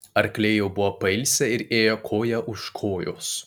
arkliai jau buvo pailsę ir ėjo koja už kojos